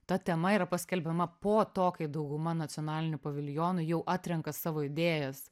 ta tema yra paskelbiama po to kai dauguma nacionalinių paviljonų jau atrenka savo idėjas